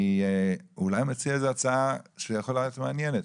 אני אולי אציע איזה הצעה שיכולה להיות מעניינת,